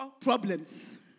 problems